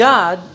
God